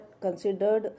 considered